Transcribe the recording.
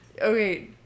okay